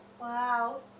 Wow